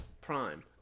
Prime